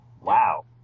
Wow